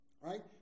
Right